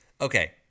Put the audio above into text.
okay